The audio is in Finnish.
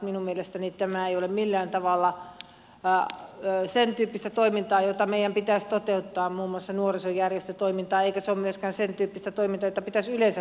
minun mielestäni tämä ei ole millään tavalla sentyyppistä toimintaa jota meidän pitäisi toteuttaa muun muassa nuorisojärjestötoiminnassa eikä se ole myöskään sentyyppistä toimintaa jota pitäisi yleensäkään toteuttaa